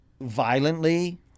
violently